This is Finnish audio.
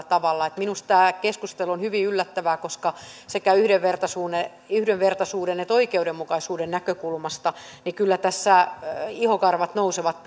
tavalla minusta tämä keskustelu on hyvin yllättävää koska sekä yhdenvertaisuuden yhdenvertaisuuden että oikeudenmukaisuuden näkökulmasta kyllä tässä ihokarvat nousevat